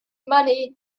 money